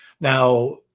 Now